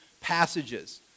passages